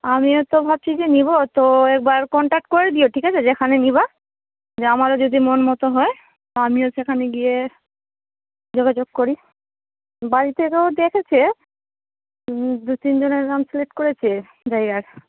আমিও তো ভাবছি যে নিবো তো এবার কন্ট্যাক্ট করে দিও ঠিক আছে যেখানে নিবা যে আমারও যদি মন মতো হয় তো আমিও সেখানে গিয়ে যোগাযোগ করি বাড়ি থেকেও দেখেছে দু তিন জনের নাম সিলেক্ট করেছে জায়গার